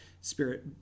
spirit